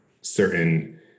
certain